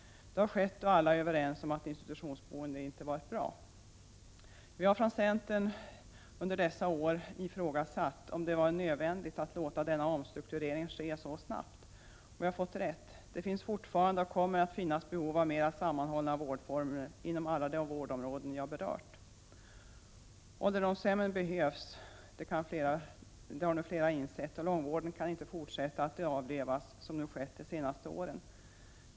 Det har skett då alla är överens om att institutionsboende inte har varit bra. Vi har från centern under dessa år ifrågasatt om det varit nödvändigt att låta denna omstrukturering ske så snabbt. Och vi har fått rätt. Det finns fortfarande och kommer att finnas behov av mera sammanhållna vårdformer inom alla de vårdområden jag berört. Ålderdomshemmen behövs, vilket flera nu har insett, och långvården kan inte fortsätta att avlövas som skett under de senaste åren.